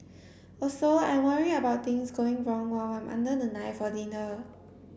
also I worry about things going wrong while I'm under the knife or needle